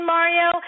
Mario